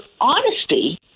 honesty